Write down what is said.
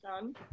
Done